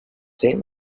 salem